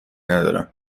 ندارم